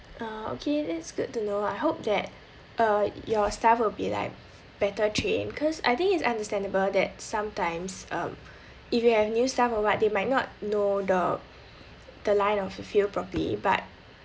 ah okay that's good to know I hope that uh your staff will be like better trained cause I think it's understandable that sometimes um if you have new staff or [what] they might not know the the line on fulfill properly but